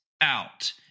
out